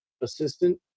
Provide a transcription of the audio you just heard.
assistant